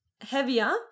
heavier